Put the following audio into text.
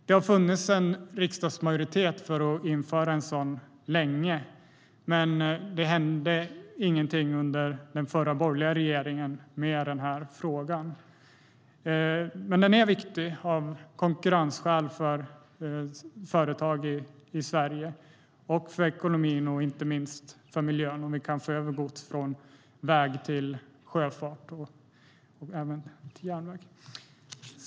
Det har funnits en riksdagsmajoritet för att införa en sådan skatt länge, men ingenting hände i frågan under den förra, borgerliga regeringen. Detta är viktigt av konkurrensskäl för företag i Sverige, för ekonomin och inte minst för miljön, om vi kan få över gods från väg till sjöfart och järnväg.